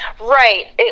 Right